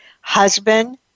husband